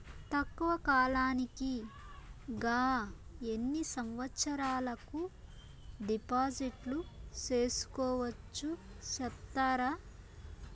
తక్కువ కాలానికి గా ఎన్ని సంవత్సరాల కు డిపాజిట్లు సేసుకోవచ్చు సెప్తారా